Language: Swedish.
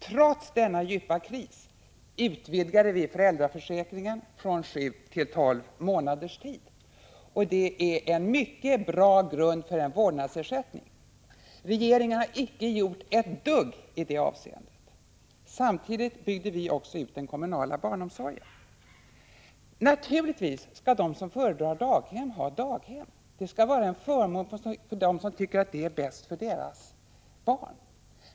Trots denna djupa kris utvidgade vi föräldraförsäkringen från sju till tolv månader, och det är en mycket bra grund för en vårdnadsersättning. Regeringen har inte gjort ett dugg i det avseendet. Samtidigt byggde vi också ut den kommunala barnomsorgen. Naturligtvis skall de som föredrar daghem åt sina barn ha daghem. Det skall vara en förmån för dem som tycker att det är bäst för deras barn.